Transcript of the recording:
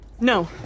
No